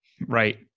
right